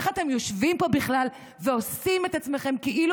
איך אתם יושבים פה בכלל ועושים את עצמכם כאילו